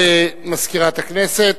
תודה למזכירת הכנסת.